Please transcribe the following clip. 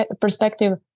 perspective